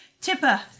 Tipper